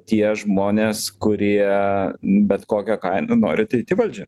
tie žmonės kurie bet kokia kaina nori ateiti į valdžią